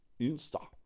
Insta